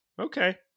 Okay